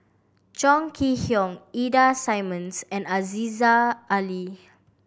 Chong Kee Hiong Ida Simmons and Aziza Ali